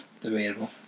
debatable